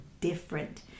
different